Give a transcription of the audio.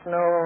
no